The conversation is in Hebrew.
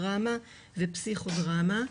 דרמה ופסיכודרמה.